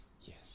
Yes